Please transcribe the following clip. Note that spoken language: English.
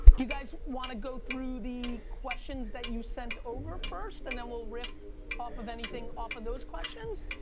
you guys want to go through the questions that you sent over first, and then we'll riff off of anything off of those questions?